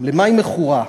למה היא מכורה?